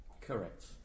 Correct